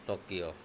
Tokyo